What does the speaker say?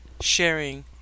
sharing